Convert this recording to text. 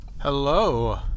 Hello